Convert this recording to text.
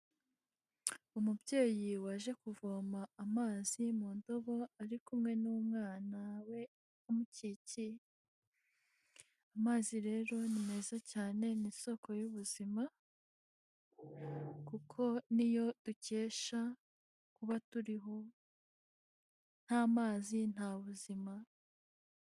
Umubyeyi waje kuvoma amazi mu ndobo ari kumwe n'umwana we umukikiye, amazi rero ni meza cyane ni isoko y'ubuzima kuko niyo dukesha kuba turiho, nta mazi nta buzima.